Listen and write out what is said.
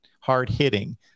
hard-hitting